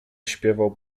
śpiewał